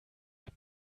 dem